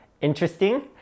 Interesting